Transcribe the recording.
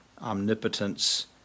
omnipotence